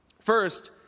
First